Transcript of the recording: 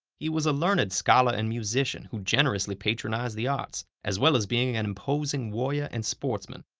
he was a learned scholar and musician who generously patronized the arts, as well as being an imposing warrior and sportsman.